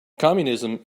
communism